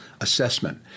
assessment